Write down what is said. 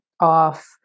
off